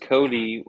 Cody